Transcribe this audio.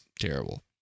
terrible